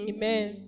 Amen